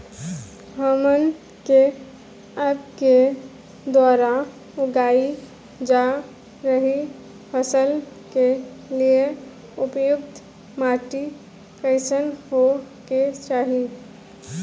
हमन के आपके द्वारा उगाई जा रही फसल के लिए उपयुक्त माटी कईसन होय के चाहीं?